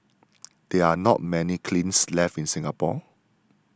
there are not many kilns left in Singapore